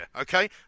okay